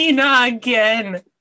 again